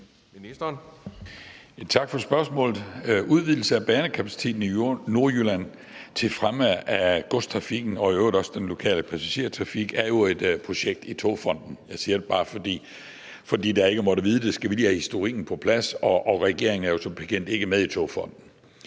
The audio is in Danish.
Tak for spørgsmålet. Udvidelse af banekapaciteten i Nordjylland til fremme af godstrafikken og i øvrigt også den lokale passagertrafik er jo et projekt i Togfonden DK. Jeg siger det bare – for dem, der ikke måtte vide det, skal vi lige have historikken på plads, og regeringen er som bekendt ikke med i Togfonden